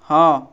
ହଁ